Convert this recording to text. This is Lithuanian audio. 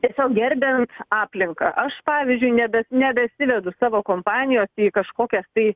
tiesiog gerbiant aplinką aš pavyzdžiui nebe nebesivedu savo kompanijos į kažkokias tai